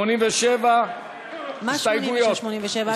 87?